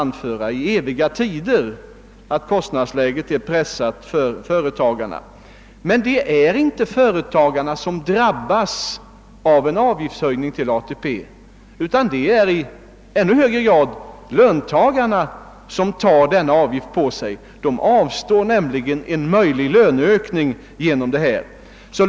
Detta är ett argument som alltid kan anföras. Men det är inte företagarna som drabbas av en avgiftshöjning, utan det är löntagarna som får ta på sig denna avgiftshöjning; de avstår därigenom från en möjlig löneökning.